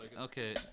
Okay